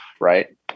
right